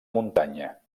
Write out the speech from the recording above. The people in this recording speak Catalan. muntanya